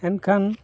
ᱮᱱᱠᱷᱟᱱ